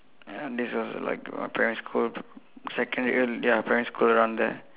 uh this was like uh primary school secondary y~ ya primary school around there